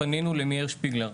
פנינו למאיר שפיגלר,